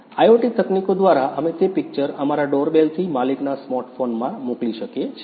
IoT તકનીકો દ્વારા અમે તે પિક્ચર અમારા ડોરબેલથી માલિકના સ્માર્ટ ફોનમાં મોકલી શકીએ છીએ